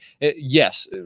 Yes